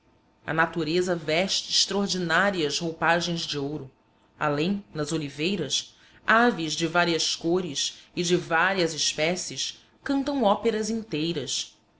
a natureza veste extraordinárias roupagens de ouro além nas oliveiras aves de várias cores e de várias espécies cantam óperas inteiras